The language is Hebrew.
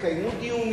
התקיימו דיונים,